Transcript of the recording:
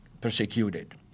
persecuted